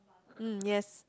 mm yes